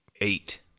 Eight